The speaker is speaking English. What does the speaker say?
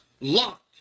locked